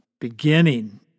beginning